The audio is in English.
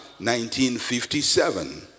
1957